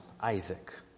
Isaac